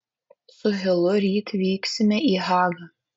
su hilu ryt vyksime į hagą